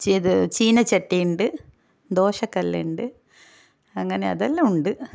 ഇത് ചീനച്ചട്ടിയുണ്ട് ദോശകല്ലുണ്ട് അങ്ങനെ അതെല്ലാമുണ്ട്